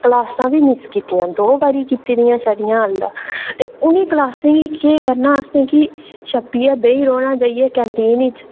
क्लॉसां बी मिस कीती दियां दो बारी कीतियां छड़ियां ते उनें क्लॉसें गी केह् करना असें कि छप्पियै बेही रौह्ना कैंटीन च